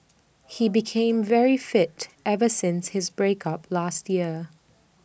he became very fit ever since his break up last year